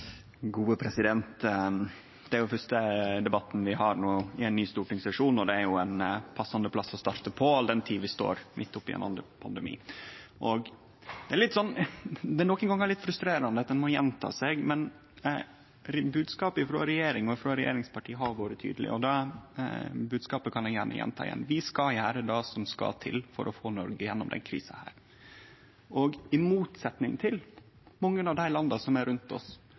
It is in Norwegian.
jo den første debatten vi har i ein ny stortingssesjon, og det er ein passande plass å starte på, all den tid vi står midt oppe i ein pandemi. Det er nokre gonger litt frustrerande at ein må gjenta seg, men bodskapet frå regjeringa og frå regjeringspartia har vore tydeleg, og det bodskapet kan eg gjerne gjenta: Vi skal gjere det som skal til for å få Noreg gjennom denne krisa. I motsetnad til mange av dei landa som er rundt oss,